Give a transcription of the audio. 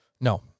No